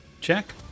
Check